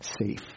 safe